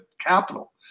Capital